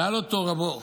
שאל אותו רבו: